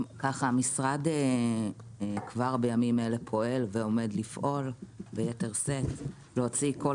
המשרד כבר בימים אלה פועל ועומד לפעול ביתר שאת להוציא קול